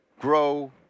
grow